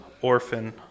Orphan